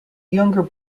younger